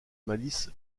malice